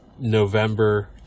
November